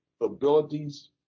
abilities